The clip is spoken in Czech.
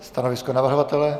Stanovisko navrhovatele?